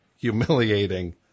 Humiliating